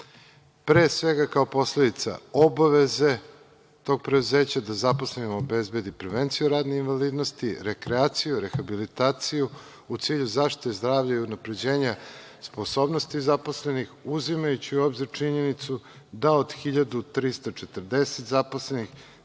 pre svega kao posledica obaveze tog preduzeća da zaposlenima obezbedi prevenciju radne invalidnosti, rekreaciju i rehabilitaciju, u cilju zaštite zdravlja i unapređenja sposobnosti zaposlenih, uzimajući u obzir činjenicu da od 1.340 zaposlenih